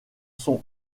son